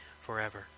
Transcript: Forever